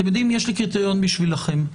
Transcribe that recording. יש לי קריטריון בשבילכם.